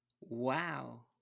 Wow